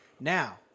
Now